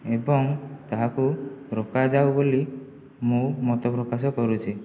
ଏବଂ ତାହାକୁ ରୋକାଯାଉ ବୋଲି ମୁଁ ମତ ପ୍ରକାଶ କରୁଛି